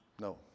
No